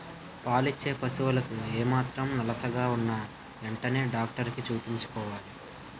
పాలిచ్చే పశువులకు ఏమాత్రం నలతగా ఉన్నా ఎంటనే డాక్టరికి చూపించుకోవాలి